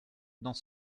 dans